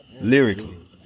lyrically